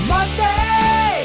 Monday